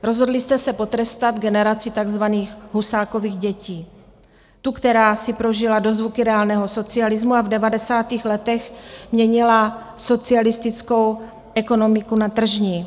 Rozhodli jste se potrestat generaci takzvaných Husákových dětí, tu, která si prožila dozvuky reálného socialismu a v devadesátých letech měnila socialistickou ekonomiku na tržní.